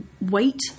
wait